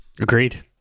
Agreed